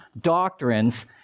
doctrines